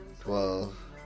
twelve